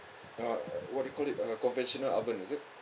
ah what do you call it uh conventional oven is it